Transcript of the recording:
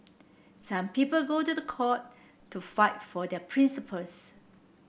some people go to the court to fight for their principles